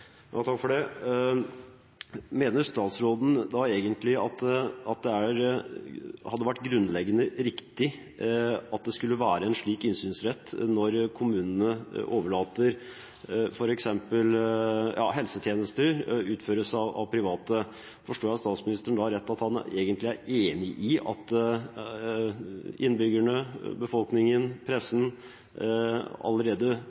Mener statsråden da egentlig at det hadde vært grunnleggende riktig at det skulle være en slik innsynsrett når kommunene overlater f.eks. helsetjenester til å utføres av private? Forstår jeg statsråden rett, at han egentlig er enig i at innbyggerne, befolkningen, pressen allerede